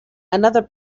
another